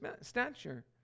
stature